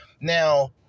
now